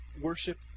worship